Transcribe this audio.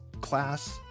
class